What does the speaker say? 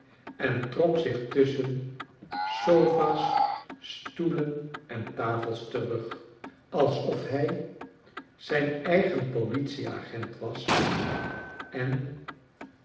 en trok zich tusschen sofa's stoelen en tafels terug alsof hij zijn eigen politie-agent was en